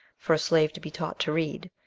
for a slave to be taught to read,